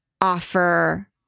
offer